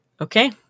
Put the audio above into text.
Okay